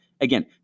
again